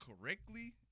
correctly